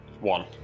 One